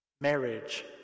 marriage